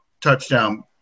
touchdown